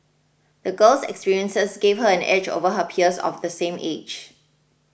the girl's experiences gave her an edge over her peers of the same age